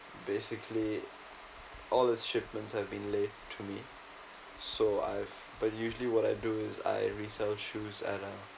basically all its shipments have been late to me so I've but usually what I do is I resell shoes at uh